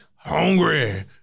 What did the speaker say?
Hungry